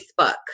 Facebook